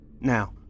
Now